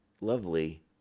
lovely